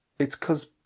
it's cause